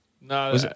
No